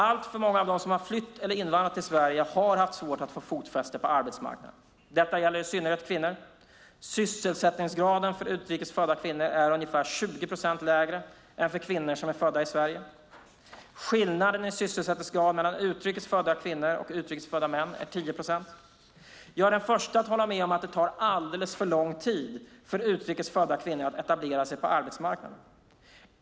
Alltför många av dem som har flytt eller invandrat till Sverige har haft svårt att få fotfäste på arbetsmarknaden. Detta gäller i synnerhet kvinnor. Sysselsättningsgraden för utrikes födda kvinnor är ungefär 20 procent lägre än för kvinnor som är födda i Sverige. Skillnaden i sysselsättningsgrad mellan utrikes födda kvinnor och utrikes födda män är 10 procent. Jag är den första att hålla med om att det tar alldeles för lång tid för utrikes födda kvinnor att etablera sig på arbetsmarknaden.